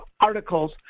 articles